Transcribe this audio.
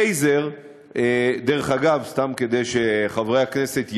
טייזר, דרך אגב, סתם כדי שחברי הכנסת ידעו,